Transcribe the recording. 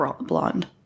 Blonde*